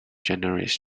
generates